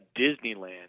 Disneyland